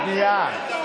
שנייה.